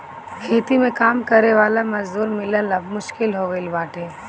खेती में काम करे वाला मजूर मिलल अब मुश्किल हो गईल बाटे